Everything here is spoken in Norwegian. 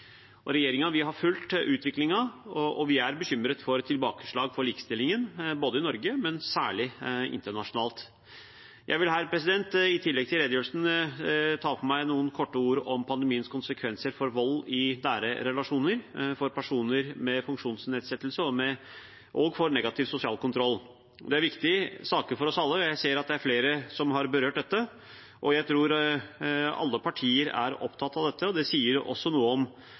har fulgt utviklingen, og vi er bekymret for tilbakeslag for likestillingen både i Norge og – særlig – internasjonalt. Jeg vil her, i tillegg til redegjørelsen, kort ta for meg pandemiens konsekvenser for vold i nære relasjoner, for personer med funksjonsnedsettelser og for negativ sosial kontroll. Det er viktige saker for oss alle, og jeg ser at det er flere som har berørt dette. Jeg tror alle partier er opptatt av dette. Det sier også noe om